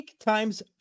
times